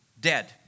dead